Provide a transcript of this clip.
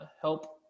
help